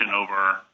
over